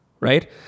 right